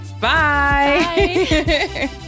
Bye